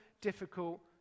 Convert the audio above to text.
difficult